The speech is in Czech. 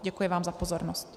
Děkuji vám za pozornost.